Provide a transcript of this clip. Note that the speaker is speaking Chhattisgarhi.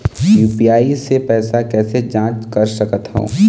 यू.पी.आई से पैसा कैसे जाँच कर सकत हो?